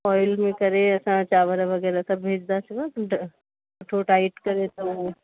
foil में करे असां चांवर वगै़रह सभु भेजदासीव ट सुठो टाइट करे सभु हो